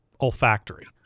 olfactory